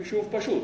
זה חישוב פשוט.